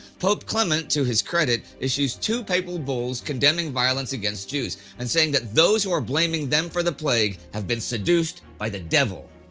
pope clement, to his credit, issues two papal bulls condemning violence against jews and saying that those who are blaming them for the plague have been seduced by the devil.